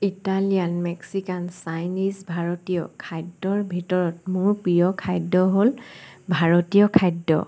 Italian Mexican Chinese ভাৰতীয় খাদ্যৰ ভিতৰত মোৰ প্ৰিয় খাদ্য হ'ল ভাৰতীয় খাদ্য